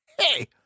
hey